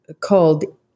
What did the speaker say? called